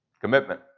Commitment